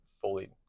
fully